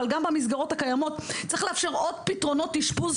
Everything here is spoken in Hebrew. אבל גם במסגרות הקיימות צריך לאפשר עוד פתרונות אשפוז,